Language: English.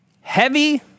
heavy